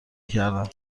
کردم